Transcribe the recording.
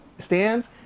stands